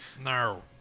No